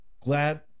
glad